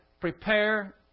prepare